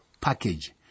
package